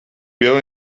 bill